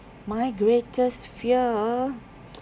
my greatest fear